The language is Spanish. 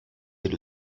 del